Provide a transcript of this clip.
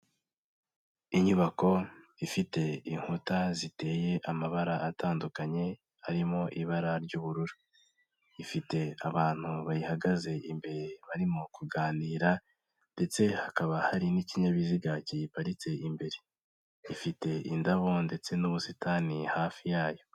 Inyubako ifite inkuta ziteye amabara atandukanye, harimo ibara ry'ubururu. Ifite abantu bayihagaze imbere barimo kuganira, ndetse hakaba hari n'ikinyabiziga kiyiparitse imbere. Ifite indabo ndetse n'ubusitani hafi yayo.